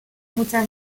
mucha